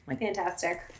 fantastic